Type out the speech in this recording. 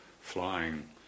flying